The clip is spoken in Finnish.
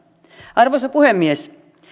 arvoisa puhemies